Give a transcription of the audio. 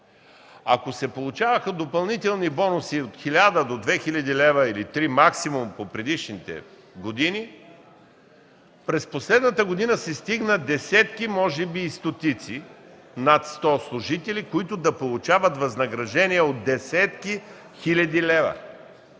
Ако се получаваха допълнителни бонуси от 1000 до 2000 лв. или максимум до 3000 лв. през предишните години, то през последната година се стигна до десетки и стотици служители, които да получават възнаграждения от десетки хиляди лева.